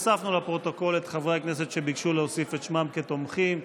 הוספנו לפרוטוקול את חברי הכנסת שביקשו להוסיף את שמם כתומכים.